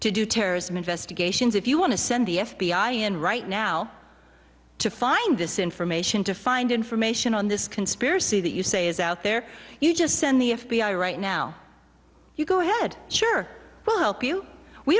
do terrorism investigations if you want to send the f b i in right now to find this information to find information on this conspiracy that you say is out there you just send the f b i right now you go ahead sure we'll